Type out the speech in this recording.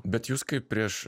bet jūs kaip prieš